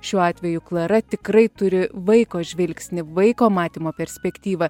šiuo atveju klara tikrai turi vaiko žvilgsnį vaiko matymo perspektyvą